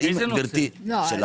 אבל אם גברתי אומרת